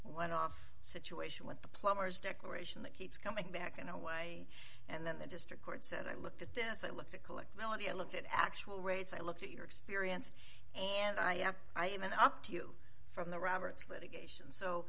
one off situation with the plumber's declaration that keeps coming back you know why and then the district court said i look at this i look at collect reality and look at actual rates i look at your experience and i am i even up to you from the roberts litigation so